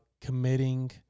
committing